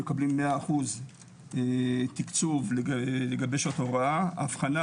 מקבלים 100% תקצוב לגבי שעות הוראה האבחנה